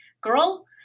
girl